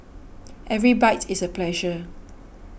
every bite is a pleasure